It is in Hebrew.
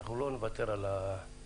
אנחנו לא נוותר על האישור.